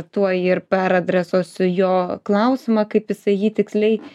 tuoj ir peradresuosiu jo klausimą kaip jisai jį tiksliai